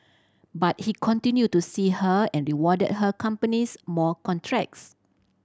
but he continued to see her and rewarded her companies more contracts